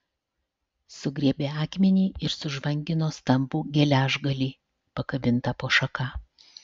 sugriebė akmenį ir sužvangino stambų geležgalį pakabintą po šaka